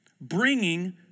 bringing